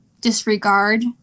disregard